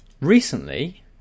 Recently